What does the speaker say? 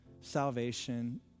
salvation